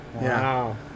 Wow